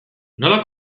nola